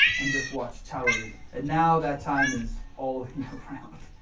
and just watched television. and now that time is all year round.